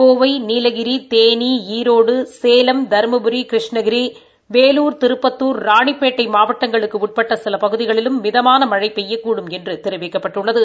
கோவை நீலகிரி தேனி ஈரோடு சேவம் தருமபுரி கிருஷ்ணகிரி வேலூர் திருப்பத்தூர் ராணிப்பேட்டை மாவட்டங்களுக்கு உட்பட்ட சில பகுதிகளிலும் மிதமான மழை பெய்யக்கூடும் என்று தெரிவிக்கப்பட்டுள்ளது